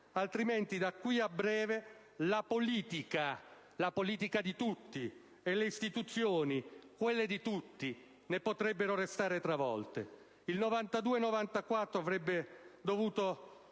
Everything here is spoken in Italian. altrimenti da qui a breve la politica, la politica di tutti, e le istituzioni, quelle di tutti, ne potrebbero restare travolte. Gli eventi del